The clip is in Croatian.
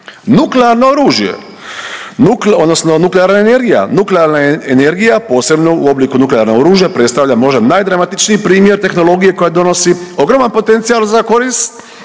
nuklearna energija, nuklearna energija posebno u obliku nuklearnog oružja predstavlja možda najdramatičniji primjer tehnologije koja donosi ogroman potencijal za korist,